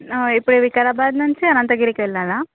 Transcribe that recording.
ఇప్పుడు వికారాబాద్ నుంచి అనంతగిరికి వెళ్ళాల